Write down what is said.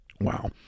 Wow